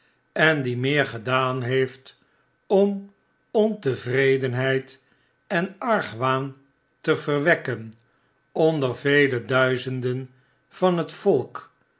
en die meer gedaan heeft urn ontevredenheid en argwaan te verwekken onder vele duizenden van het volk